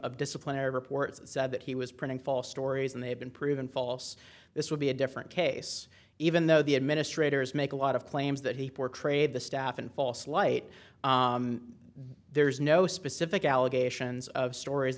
of disciplinary reports and said that he was printing false stories and they had been proven false this would be a different case even though the administrators make a lot of claims that he portrayed the staff and false light there's no specific allegations of stories